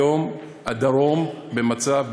כיום הדרום במצב,